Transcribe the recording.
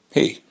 Hey